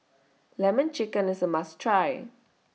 Lemon Chicken IS A must Try